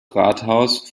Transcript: rathaus